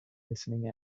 listening